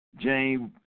James